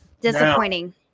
disappointing